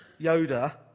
Yoda